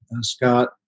Scott